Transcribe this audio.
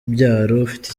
ufite